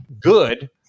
good